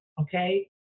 okay